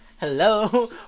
Hello